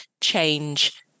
change